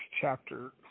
chapter